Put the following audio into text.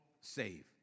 save